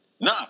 No